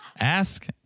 Ask